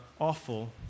awful